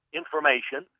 information